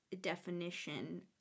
definition